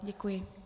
Děkuji.